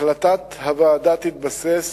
החלטת הוועדה תתבסס